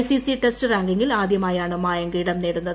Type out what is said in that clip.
സ്ട്രിിസ്റ്റി test റാങ്കിംഗിൽ ആദ്യമായാണ് മായങ്ക് ഇടം നേടുന്നത്